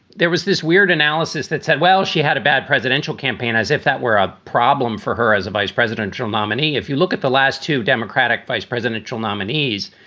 there was this weird analysis that said, well, she had a bad presidential campaign as if that were a problem for her as a vice presidential nominee. if you look at the last two democratic vice presidential nominees,